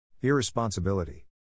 Irresponsibility